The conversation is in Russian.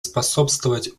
способствовать